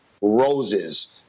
Roses